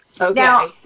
Okay